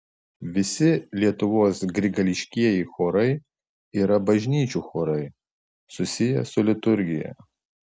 visi lietuvos grigališkieji chorai yra bažnyčių chorai susiję su liturgija